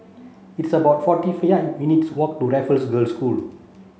it's about forty minutes' walk to Raffles Girls' School